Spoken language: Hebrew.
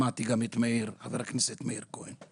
שמעתי גם את חבר הכנסת מאיר כהן.